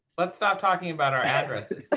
let's stop talking about our addresses.